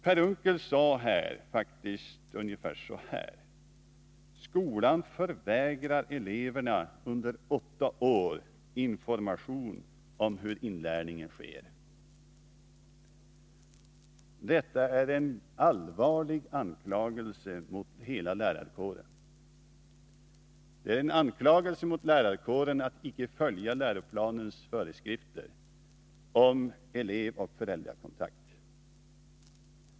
Per Unckel sade faktiskt ungefär så här: Skolan förvägrar eleverna under åtta år information om hur inlärning sker. Detta är en allvarlig anklagelse mot hela lärarkåren. Det är en anklagelse mot lärarkåren för att icke följa läroplanens föreskrifter om elevoch föräldrakontakt.